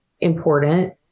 important